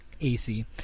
ac